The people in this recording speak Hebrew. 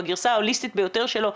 בגרסה ההוליסטית ביותר שלו,